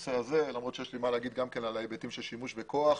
בנושא הזה למרות שיש לי מה לומר גם לגבי ההיבטים של שימוש בכוח.